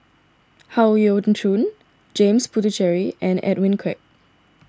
Howe Yoon Chong James Puthucheary and Edwin Koek